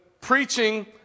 preaching